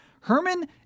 Herman